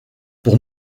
pour